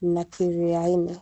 na Kiriaini.